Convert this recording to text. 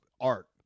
art